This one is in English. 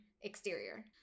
exterior